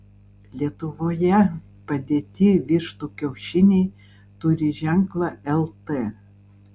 lietuvoje padėti vištų kiaušiniai turi ženklą lt